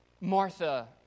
Martha